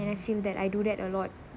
and I feel that I do that a lot